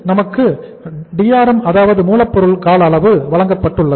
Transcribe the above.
நமக்கு Drm அதாவது மூலப்பொருள் கால அளவு வழங்கப்பட்டுள்ளது